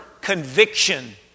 conviction